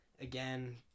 again